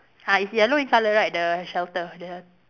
ah it's yellow in colour right shelter the